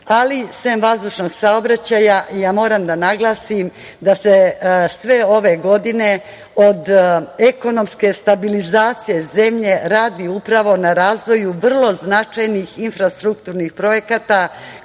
Srbije. Sem vazdušnog saobraćaja, ja moram da naglasim da se sve ove godine od ekonomske stabilizacije zemlje radi upravo na razvoju vrlo značajnih infrastrukturnih projekata